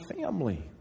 family